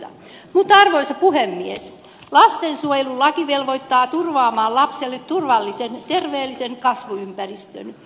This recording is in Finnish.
mutta arvoisa puhemies lastensuojelulaki velvoittaa turvaamaan lapselle turvallisen terveellisen kasvuympäristön